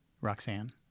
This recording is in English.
Roxanne